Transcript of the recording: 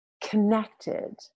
connected